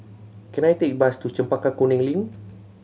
can I take bus to Chempaka Kuning Link